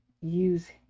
use